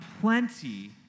plenty